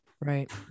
right